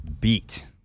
Beat